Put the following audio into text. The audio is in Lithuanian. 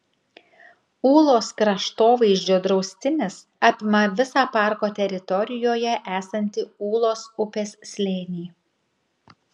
ūlos kraštovaizdžio draustinis apima visą parko teritorijoje esantį ūlos upės slėnį